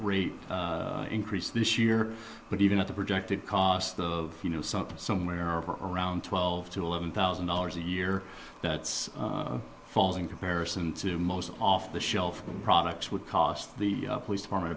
rate increase this year but even at the projected cost of you know something somewhere around twelve to eleven thousand dollars a year that's falls in comparison to most off the shelf products would cost the police department